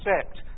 accept